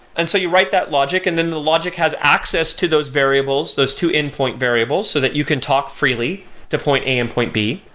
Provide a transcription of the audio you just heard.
and so you write that logic and then the logic logic has access to those variables, those two endpoint variables so that you can talk freely to point a and point b.